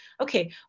okay